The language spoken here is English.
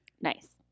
Nice